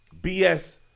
BS